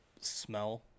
smell